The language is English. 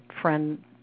friend